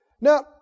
Now